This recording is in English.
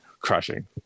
crushing